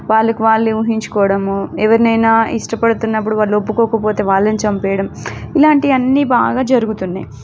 వాళ్ళకి వాళ్ళే ఊహించుకోవడము ఎవరినైనా ఇష్టపడుతున్నప్పుడు వాళ్ళు ఒప్పుకోకపోతే వాళ్ళని చంపేయడం ఇలాంటివన్నీ బాగా జరుగుతున్నయి